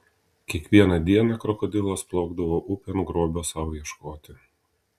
kiekvieną dieną krokodilas plaukdavo upėn grobio sau ieškoti